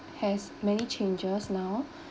has many changes now